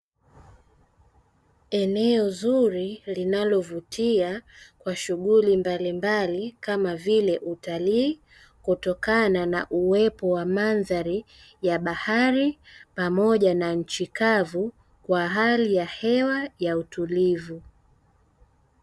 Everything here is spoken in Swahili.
Eneo zuri linalovutia kwa shughuli mbalimbali kama vile utalii kutokana na uwepo wa mandhari ya bahari pamoja na nchi kavu kwa hali hewa ya utulivu.